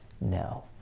No